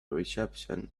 reception